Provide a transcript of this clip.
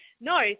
no